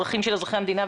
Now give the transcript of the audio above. לא,